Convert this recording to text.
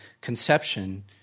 conception